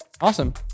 awesome